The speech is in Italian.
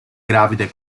gravide